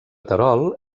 terol